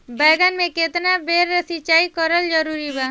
बैगन में केतना बेर सिचाई करल जरूरी बा?